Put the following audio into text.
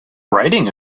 writing